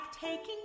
taking